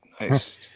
nice